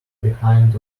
behind